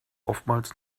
oftmals